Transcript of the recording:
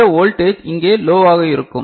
இந்த வோல்டேஜ் இங்கே லோவாக இருக்கும்